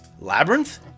Labyrinth